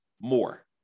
more